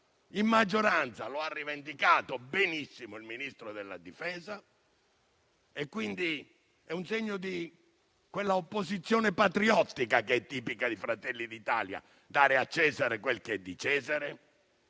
in maggioranza. Lo ha rivendicato benissimo il Ministro della difesa, quindi è un segno di quella opposizione patriottica che è tipica di Fratelli d'Italia (dare a Cesare quel che è di Cesare).